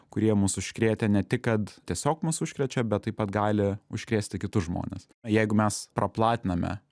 kurie mus užkrėtę ne tik kad tiesiog mus užkrečia bet taip pat gali užkrėsti kitus žmones jeigu mes praplatiname